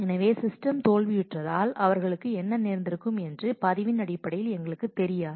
எனவே சிஸ்டம் தோல்வியுற்றதால் அவர்களுக்கு என்ன நேர்ந்திருக்கும் என்று பதிவின் அடிப்படையில் எங்களுக்குத் தெரியாது